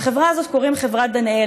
לחברה הזאת קוראים חברת דנאל.